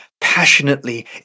passionately